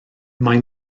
mae